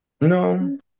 No